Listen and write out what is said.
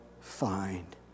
find